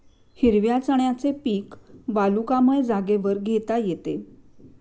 हिरव्या चण्याचे पीक वालुकामय जागेवर घेता येते